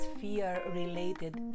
fear-related